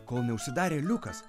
kol neužsidarė liukas